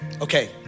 Okay